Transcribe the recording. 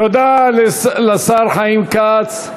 תודה לשר חיים כץ.